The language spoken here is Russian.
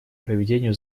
проведению